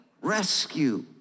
rescue